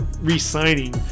re-signing